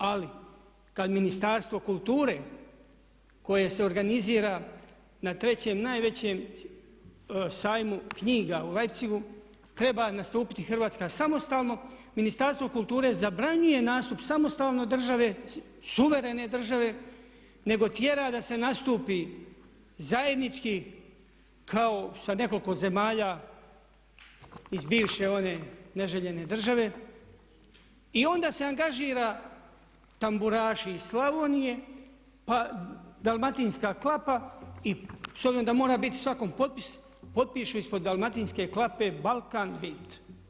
Ali kad Ministarstvo kulture koje se organizira na trećem najvećem sajmu knjiga u Leipzigu treba nastupiti Hrvatska samostalno, Ministarstvo kulture zabranjuje nastup samostalne države, suverene države nego tjera da se nastupi zajednički kao sa nekoliko zemalja iz bivše one neželjene države i onda se angažiraju tamburaši iz Slavonije, pa dalmatinska klapa i s obzirom da mora biti svakom potpis potpišu ispod dalmatinske klape Balkan bit.